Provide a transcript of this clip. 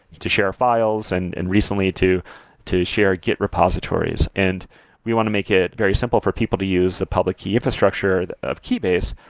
to share files and and recently recently to share get repositories. and we want to make it very simple for people to use the public key infrastructure of keybase,